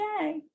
Yay